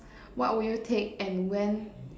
what would you take and when